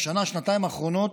בשנה-שנתיים האחרונות,